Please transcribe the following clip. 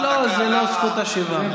לא, זו לא זכות השיבה.